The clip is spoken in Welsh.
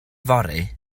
fory